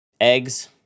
Eggs